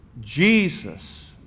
Jesus